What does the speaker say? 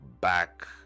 back